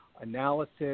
analysis